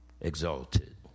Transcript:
exalted